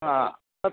हा तत्